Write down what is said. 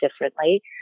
differently